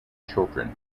children